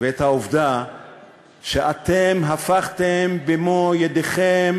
ואת העובדה שאתם הפכתם במו-ידיכם